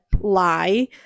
lie